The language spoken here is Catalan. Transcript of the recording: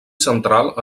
central